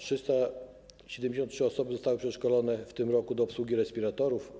373 osoby zostały przeszkolone w tym roku do obsługi respiratorów.